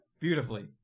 beautifully